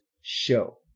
show